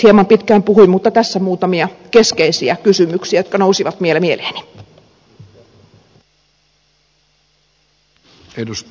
hieman pitkään puhuin mutta tässä muutamia keskeisiä kysymyksiä jotka nousivat vielä mieleeni